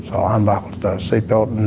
so i unbuckled the seatbelt,